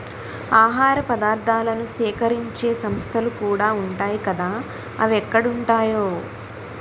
ఆహార పదార్థాలను సేకరించే సంస్థలుకూడా ఉంటాయ్ కదా అవెక్కడుంటాయో